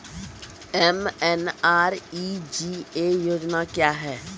MNREGA योजना क्या हैं?